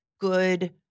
good